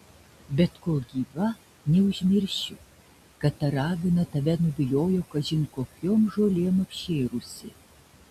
bet kol gyva neužmiršiu kad ta ragana tave nuviliojo kažin kokiom žolėm apšėrusi